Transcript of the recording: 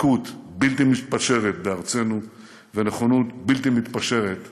דבקות בלתי מתפשרת בארצנו ונכונות בלתי מתפשרת